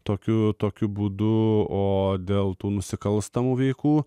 tokiu tokiu būdu o dėl tų nusikalstamų veikų